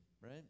right